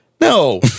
No